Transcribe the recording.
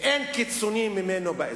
אין קיצוני ממנו באזור.